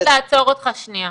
אני חייבת לעצור אותך שנייה.